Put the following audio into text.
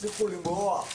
תפסיקו למרוח.